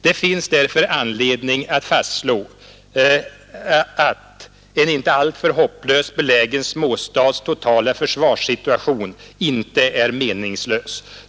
Det finns därför anledning att fastslå att en inte alltför hopplöst belägen småstats totala försvarssituation inte är meningslös.